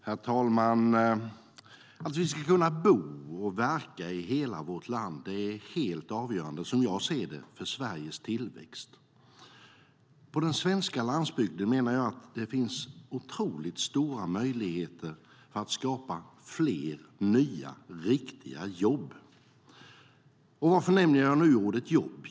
Herr talman! Att vi ska kunna bo och verka i hela vårt land är, som jag ser det, helt avgörande för Sveriges tillväxt. På den svenska landsbygden finns det otroligt stora möjligheter att skapa fler, nya, riktiga jobb. Varför nämner jag nu ordet jobb?